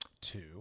Two